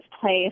Place